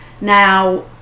Now